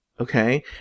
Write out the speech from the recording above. Okay